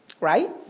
right